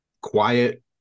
quiet